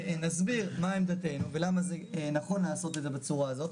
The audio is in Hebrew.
נסביר מה עמדתנו ולמה זה נכון לעשות את זה בצורה הזו,